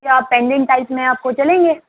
کیا اپ pendant type میں آپ کو چلیں گے